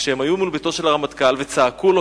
כשהיו מול ביתו של הרמטכ"ל וצעקו לו,